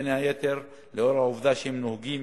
בין היתר לאור העובדה שהם נוהגים,